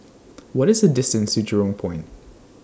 What IS The distance to Jurong Point